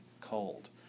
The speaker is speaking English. cold